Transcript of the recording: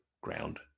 ground